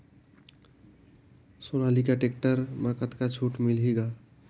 Sonalika tractor म कतका छूट मिलही ग?